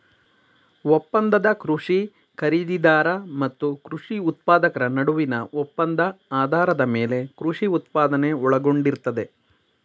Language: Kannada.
ಒಪ್ಪಂದದ ಕೃಷಿ ಖರೀದಿದಾರ ಮತ್ತು ಕೃಷಿ ಉತ್ಪಾದಕರ ನಡುವಿನ ಒಪ್ಪಂದ ಆಧಾರದ ಮೇಲೆ ಕೃಷಿ ಉತ್ಪಾದನೆ ಒಳಗೊಂಡಿರ್ತದೆ